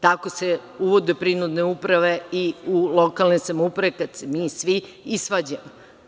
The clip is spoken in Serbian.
Tako se uvode prinudne uprave i u lokalne samouprave kada se mi svi isvađamo.